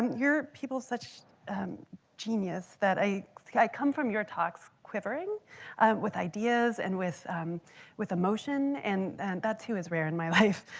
people such genius that i come from your talks quivering with ideas and with um with emotion. and that too is rare in my life.